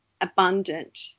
abundant